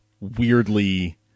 weirdly